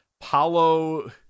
Paulo